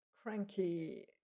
cranky